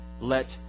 let